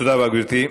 תודה רבה, גברתי.